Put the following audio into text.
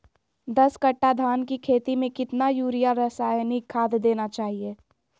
दस कट्टा धान की खेती में कितना यूरिया रासायनिक खाद देना चाहिए?